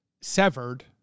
severed